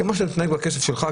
כמו שאתה מתנהג עם הכסף שלך,